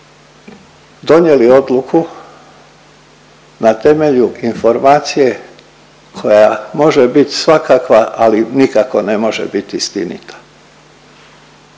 donijeli odluku na temelju informacije koja može bit svakakva, ali nikako ne može biti istinita.